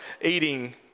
eating